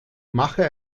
mache